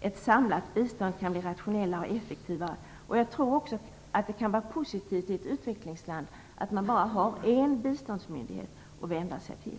Ett samlat bistånd kan bli rationellare och effektivare. Jag tror också att det kan vara positivt i ett utvecklingsland att man bara ha en biståndsmyndighet att vända sig till.